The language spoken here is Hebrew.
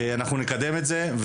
אנחנו נקדם את זה.